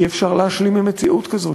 אי-אפשר להשלים עם מציאות כזאת,